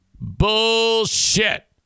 Bullshit